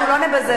אנחנו לא נבזבז,